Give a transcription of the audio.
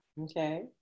Okay